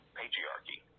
patriarchy